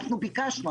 אנחנו ביקשנו.